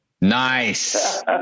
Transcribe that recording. Nice